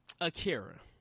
Akira